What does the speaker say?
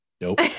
Nope